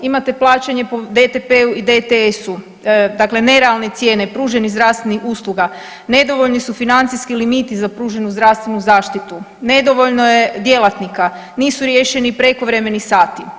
Imate plaćanje po DTP-u i DTS-u, dakle nerealne cijene pruženih zdravstvenih usluga, nedovoljni su financijski limiti za pruženu zdravstvenu zaštitu, nedovoljno je djelatnika, nisu riješeni prekovremeni sati.